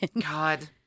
God